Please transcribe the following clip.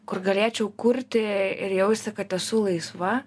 kur galėčiau kurti ir jausti kad esu laisva